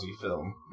film